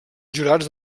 jurats